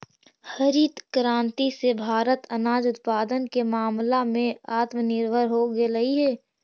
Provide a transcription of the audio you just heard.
हरित क्रांति से भारत अनाज उत्पादन के मामला में आत्मनिर्भर हो गेलइ हे